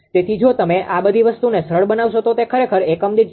તેથી જો તમે આ બધી વસ્તુને સરળ બનાવશો તો તે ખરેખર એકમ દીઠ 0